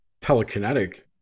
telekinetic